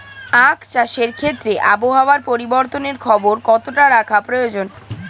আখ চাষের ক্ষেত্রে আবহাওয়ার পরিবর্তনের খবর কতটা রাখা প্রয়োজন?